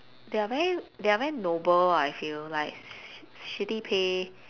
they are very they are very noble ah I feel like shi~ shitty pay